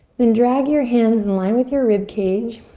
then drag your hands in line with your rib cage.